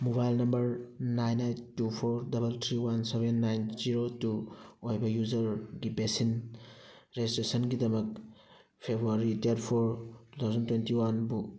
mobile number nine eight two four double three one seven nine zero two ꯑꯣꯏꯕ ꯌꯨꯖꯔꯒꯤ vaccine ꯔꯦꯖꯤꯁꯇ꯭ꯔꯦꯁꯟꯒꯤꯗꯃꯛ February date four two thousand twenty one ꯕꯨ